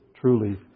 truly